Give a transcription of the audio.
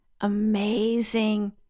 amazing